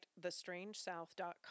thestrangesouth.com